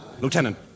Lieutenant